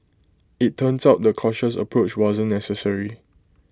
IT turns out the cautious approach wasn't necessary